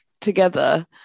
together